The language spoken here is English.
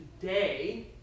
today